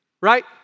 right